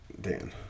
Dan